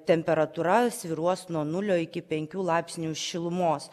temperatūra svyruos nuo nulio iki penkių laipsnių šilumos